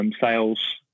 Sales